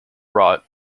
rot